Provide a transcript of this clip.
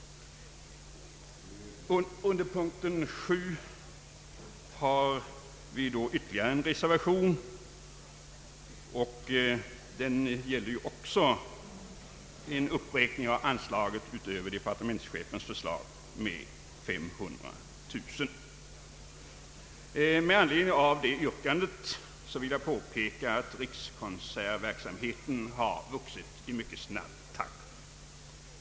Under punkten 7 har avgivits en reservation som gäller en uppräkning av anslaget med 500 000 kronor utöver departementschefens förslag. Med anledning av detta yrkande vill jag påpeka att rikskonsertverksamheten vuxit i mycket snabb takt.